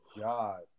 God